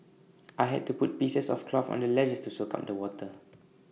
I had to put pieces of cloth on the ledges to soak up the water